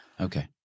Okay